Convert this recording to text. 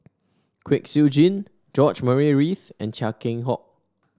Kwek Siew Jin George Murray Reith and Chia Keng Hock